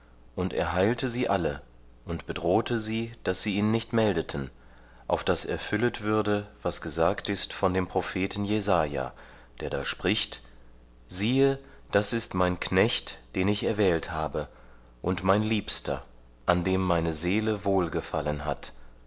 und er heilte sie alle und bedrohte sie daß sie ihn nicht meldeten auf das erfüllet würde was gesagt ist von dem propheten jesaja der da spricht siehe das ist mein knecht den ich erwählt habe und mein liebster an dem meine seele wohlgefallen hat